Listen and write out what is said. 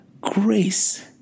grace